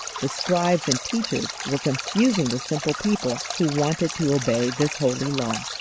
the scribes and teachers were confusing the simple people who wanted to obey this holy law.